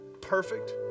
perfect